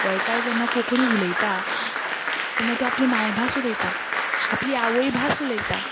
गोंयकार जेन्ना कोंकणी उलयता तेन्ना तो आपली मायभास उलयता आपली आवय भास उलयता